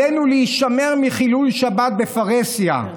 ועלינו להישמר מחילול שבת בפרהסיה,